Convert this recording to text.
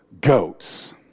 goats